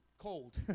cold